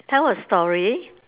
tell a story